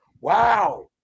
Wow